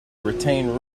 retain